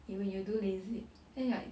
you when you do lasik then you like